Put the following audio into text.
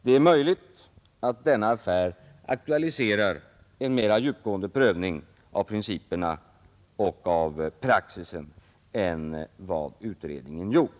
Det är möjligt att denna affär aktualiserar en mera djupgående prövning av principer och praxis än vad utredningen gjort.